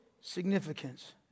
significance